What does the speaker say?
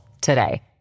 today